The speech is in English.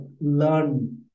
learn